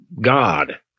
God